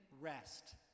rest